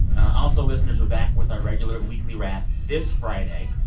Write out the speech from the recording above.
also, listeners, we're back with our regular weekly wrap this friday.